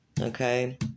Okay